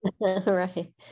Right